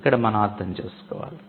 ఇక్కడ మనం అర్థం చేసుకోవాలి